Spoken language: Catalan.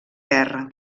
guerra